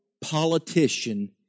politician